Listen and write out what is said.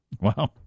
Wow